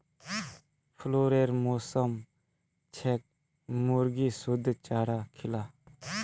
फ्लूरेर मौसम छेक मुर्गीक शुद्ध चारा खिला